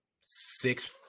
six